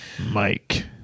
Mike